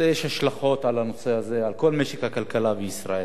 יש השלכות על כל משק הכלכלה בישראל.